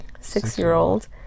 six-year-old